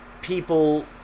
people